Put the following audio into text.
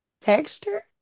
Texture